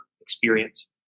experience